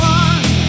one